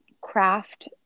craft